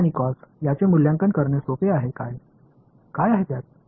sign आणि cos याचे मूल्यांकन करणे सोपे आहे काय आहे त्यात